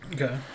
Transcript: Okay